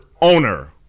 owner